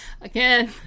again